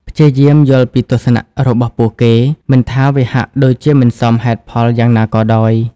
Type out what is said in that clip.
ព្យាយាមយល់ពីទស្សនៈរបស់ពួកគេ មិនថាវាហាក់ដូចជាមិនសមហេតុផលយ៉ាងណាក៏ដោយ។